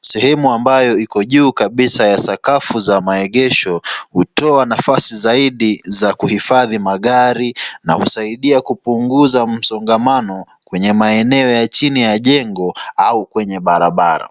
Sehemu ambayo iko juu kabisa ya sakafu ya maegesho hutoa nafasi zaidi za kuhifadhi magari na husaidia kupunguza msongamano kwenye maeneo ya chini ya jengo au kwenye barabara